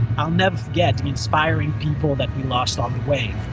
i'll never forget inspiring people that we lost on the way.